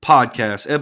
Podcast